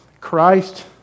Christ